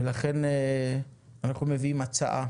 ולכן אנחנו מביאים הצעה